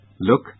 Look